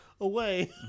away